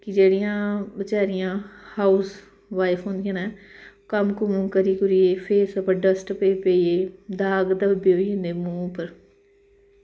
कि जेह्ड़ियां बेचारियां हाउस वाइफ होंदियां न कम्म कुम्म करी कुरियै फिर फेस उप्पर डस्ट पेई पेइयै दाग दब्बे होई जंदे मूंह् पर